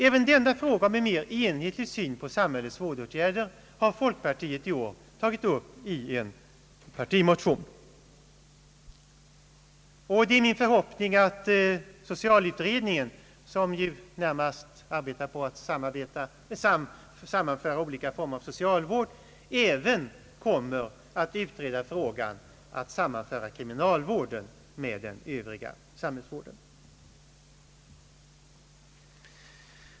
Även denna fråga om en mer enhetlig syn på samhällets vårdåtgärder har folkpartiet i år tagit upp i en partimotion, och det är min förhoppning att socialutredningen, som ju närmast arbetar på att sammanföra olika former av socialvård, även kommer att utreda frågan om att i vissa delar sammanföra kriminalvården med den övriga samhällsvården.